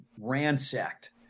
ransacked